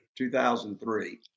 2003